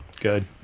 Good